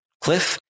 cliff